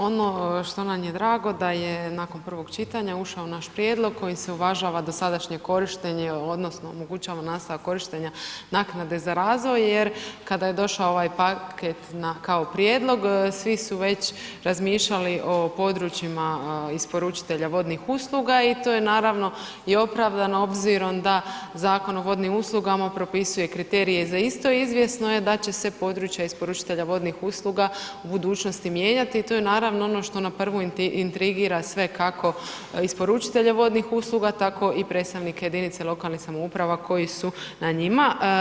Ono što nam je drago da je nakon prvog čitanja ušao naš prijedlog kojim se uvažava da sadašnje korištenje odnosno omogućava nastavak korištenja naknade na razvoj jer kada je došao ovaj paket kao prijedlog, svi su već razmišljali o područjima isporučitelja vodnih usluga i to je naravno i opravdano obzirom da Zakon o vodnim uslugama propisuje kriterije za isto, izvjesno je da će se područja isporučitelja vodnih usluga u budućnosti mijenjati i to je naravno ono što na prvu intrigira sve kako isporučitelje vodnih usluga, tako i predstavnike jedinica lokalnih samouprava koji su na njima.